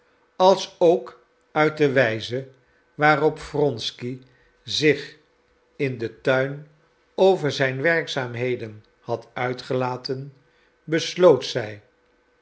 alsook uit de wijze waarop wronsky zich in den tuin over zijn werkzaamheden had uitgelaten besloot zij